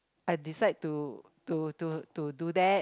I decide to to to to do that